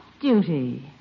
duty